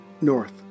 north